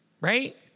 right